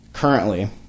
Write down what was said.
Currently